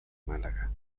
málaga